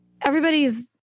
everybody's